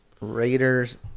Raiders